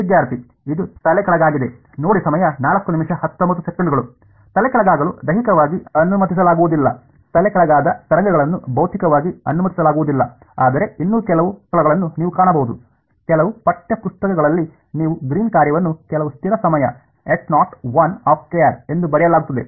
ವಿದ್ಯಾರ್ಥಿ ಇದು ತಲೆಕೆಳಗಾಗಿದೆ ತಲೆಕೆಳಗಾಗಲು ದೈಹಿಕವಾಗಿ ಅನುಮತಿಸಲಾಗುವುದಿಲ್ಲ ತಲೆಕೆಳಗಾದ ತರಂಗಳನ್ನು ಭೌತಿಕವಾಗಿ ಅನುಮತಿಸಲಾಗುವುದಿಲ್ಲ ಆದರೆ ಇನ್ನೂ ಕೆಲವು ಸ್ಥಳಗಳನ್ನು ನೀವು ಕಾಣಬಹುದು ಕೆಲವು ಪಠ್ಯ ಪುಸ್ತಕಗಳಲ್ಲಿ ನೀವು ಗ್ರೀನ್ ಕಾರ್ಯವನ್ನು ಕೆಲವು ಸ್ಥಿರ ಸಮಯ ಎಂದು ಬರೆಯಲಾಗುತ್ತದೆ